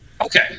okay